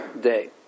day